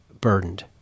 burdened